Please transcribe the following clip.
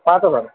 पाच हजार